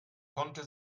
konnte